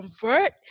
convert